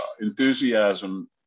enthusiasm